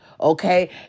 Okay